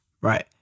Right